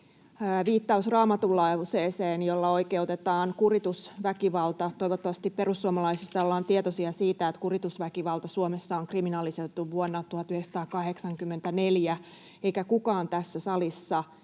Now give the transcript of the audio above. viittaus raamatunlauseeseen, jolla oikeutetaan kuritusväkivalta. Toivottavasti perussuomalaisissa ollaan tietoisia siitä, että kuritusväkivalta Suomessa on kriminalisoitu vuonna 1984, eikä kukaan tässä salissa